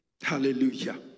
Hallelujah